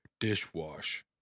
dishwash